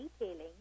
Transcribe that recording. retailing